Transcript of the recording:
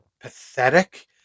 pathetic